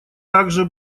также